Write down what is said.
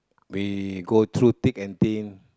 we go through thick and thin